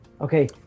Okay